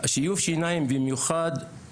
שיוף השיניים במיוחד,